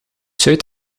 zuid